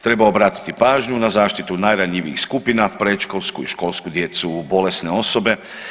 Treba obratiti pažnju na zaštitu najranjivijih skupina, predškolsku i školsku djecu, bolesne osobe.